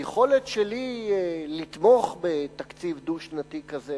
היכולת שלי לתמוך בתקציב דו-שנתי כזה